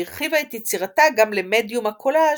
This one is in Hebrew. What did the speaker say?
והרחיבה את יצירתה גם למדיום הקולאז'